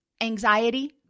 anxiety